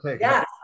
Yes